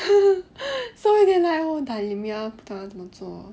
so you 一点 like dilemma 不懂怎么做